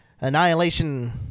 Annihilation